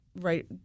right